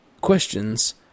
Questions